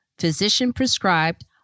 physician-prescribed